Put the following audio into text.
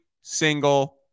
single